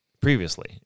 previously